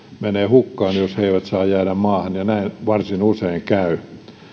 menee hukkaan jos he eivät saa jäädä maahan ja näin varsin usein käy